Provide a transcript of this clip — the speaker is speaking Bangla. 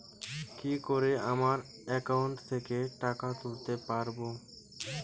কি করে আমার একাউন্ট থেকে টাকা তুলতে পারব?